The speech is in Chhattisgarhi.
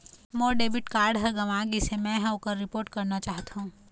मोर डेबिट कार्ड ह गंवा गिसे, मै ह ओकर रिपोर्ट करवाना चाहथों